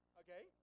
okay